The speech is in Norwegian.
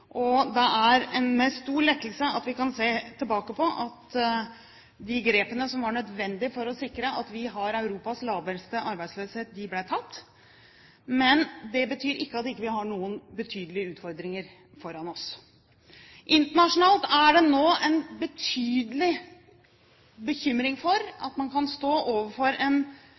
tid, og det er med stor lettelse vi kan se tilbake på at de grepene som var nødvendige for å sikre at vi har Europas laveste arbeidsløshet, ble tatt. Det betyr ikke at vi ikke har noen betydelige utfordringer foran oss. Internasjonalt er det nå en betydelig bekymring for at man kan stå overfor en